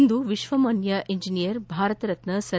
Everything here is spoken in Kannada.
ಇಂದು ವಿಶ್ವಮಾನ್ಯ ಇಂಜಿನಿಯರ್ ಭಾರತರತ್ನ ಸರ್